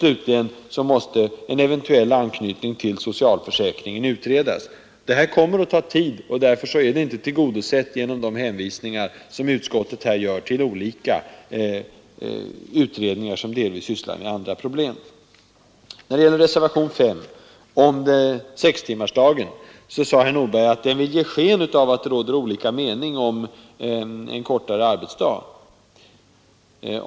Slutligen måste en eventuell anknytning till socialförsäkringen utredas. Detta kommer att ta tid, och därför är det inte tillräckligt med de hänvisningar som utskottet gör till olika utredningar, som delvis sysslar med andra problem. När det gäller reservationen 5, om sextimmarsdagen, sade herr Nordberg att reservanterna vill ge sken av att det råder olika meningar om vikten av en kortare arbetsdag.